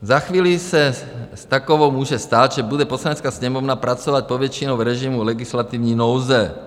Za chvíli se s takovou může stát, že bude Poslanecká sněmovna pracovat povětšinou v režimu legislativní nouze.